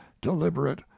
deliberate